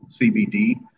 CBD